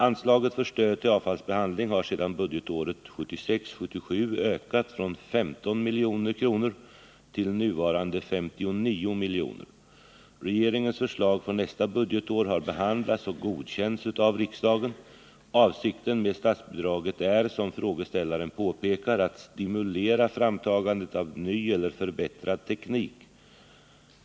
Anslaget för stöd till avfallsbehandling har sedan budgetåret 1976/77 ökat från 15 milj.kr. till nuvarande 59 milj.kr. Regeringens förslag för nästa budgetår har behandlats och godkänts av riksdagen. Avsikten med statsbidraget är, som frågeställaren påpekar, att stimulera framtagandet av ny eller förbättrad teknik.